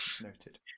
noted